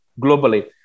globally